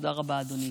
תודה רבה, אדוני.